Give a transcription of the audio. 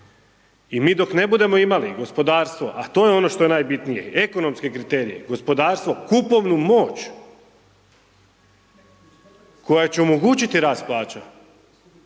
I mi dok ne budemo imali gospodarstvo, a to je ono što je najbitnije i ekonomske kriterije, gospodarstvo, kupovnu moć koja će omogućiti rast plaća,